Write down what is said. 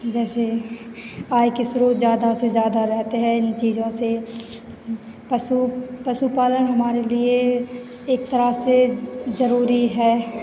जैसे आय के स्रोत ज्यादा से ज्यादा रहते हैं इन चीज़ों से पशु पशुपालन हमारे लिए एक तरह से जरुरी है